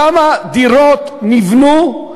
כמה דירות נבנו,